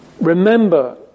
Remember